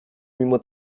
mimo